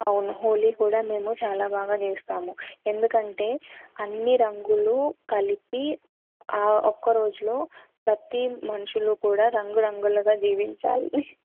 అవును హోలీ కూడా మేము చాలా బాగా జేస్తాము ఎందుకంటే అన్ని రంగులు కలిపి ఆ ఒక్క రోజులో ప్రతీ మనుషులు కూడా రంగు రంగులుగా జీవించాలి